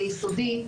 ליסודי,